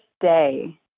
day